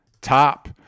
top